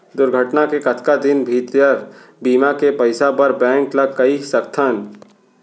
दुर्घटना के कतका दिन भीतर बीमा के पइसा बर बैंक ल कई सकथन?